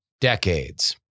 decades